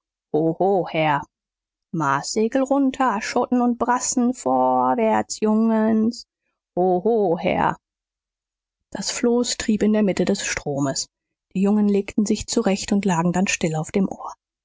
herr marssegel runter schoten und brassen vor wärts jungens ho ho herr das floß trieb in der mitte des stromes die jungen legten sich zurecht und lagen dann still auf dem ohr